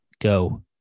go